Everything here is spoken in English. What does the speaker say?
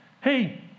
Hey